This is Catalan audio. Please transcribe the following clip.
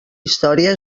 història